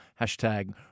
Hashtag